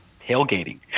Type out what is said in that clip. Tailgating